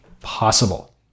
possible